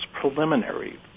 preliminary